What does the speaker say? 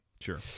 Sure